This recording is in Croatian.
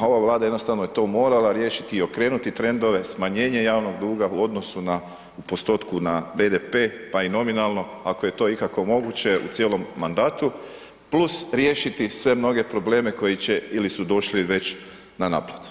a ova Vlada jednostavno je to moral riješiti i okrenuti trendove, smanjenje javnog duga u odnosu u postotku na BDP pa i nominalno ako je to ikako moguće u cijelom mandatu plus riješiti sve mnoge probleme koji će ili su došli već na naplatu.